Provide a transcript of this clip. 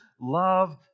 Love